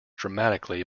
dramatically